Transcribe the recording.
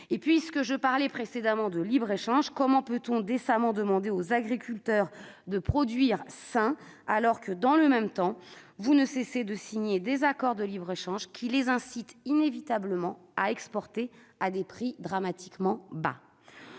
Puisque je parlais précédemment de libre-échange, comment peut-on décemment demander aux agriculteurs de produire sain, alors que, dans le même temps, vous ne cessez de signer des accords de libre-échange qui les incitent inévitablement à exporter à des prix dramatiquement bas ?